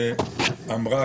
תודה.